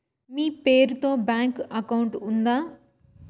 మీ పేరు తో bank account ఉందా?